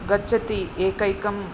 गच्छति एकैकम्